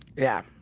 yeah